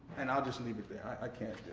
and i'll just leave it there i i can't,